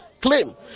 claim